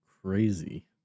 crazy